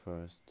first